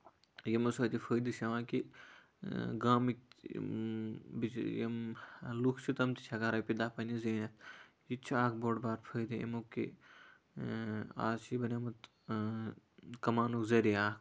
یِمَو سۭتۍ یہِ فٲیدٕ چھُ یِوان کہِ گامٕکۍ یِم لوٗکھ چھِ تِم تہِ چھِ ہٮ۪کان رۄپییہِ دہ پنٕنہِ زیٖنِتھ یہِ تہِ چھُ اکھ بوٚڑ بارٕ فٲیدٕ اَمیُک کہِ آز چھُ یہِ بَنیومُت کَماونُک ذریعہِ اکھ